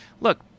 look